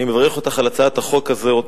אני מברך אותך על הצעת החוק הזאת.